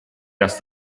dass